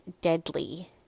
deadly